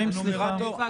סליחה.